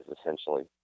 essentially